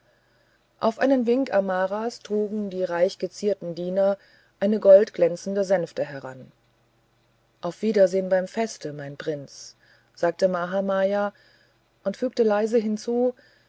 auf einen wink amaras trugen die reichgezierten diener eine goldglänzende sänfte heran auf wiedersehen beim feste mein prinz sagte mahamaya und fügte leise hinzu